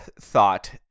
thought